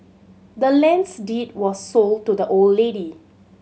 the land's deed was sold to the old lady